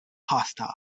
hostile